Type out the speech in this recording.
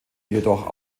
jedoch